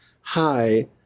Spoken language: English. Hi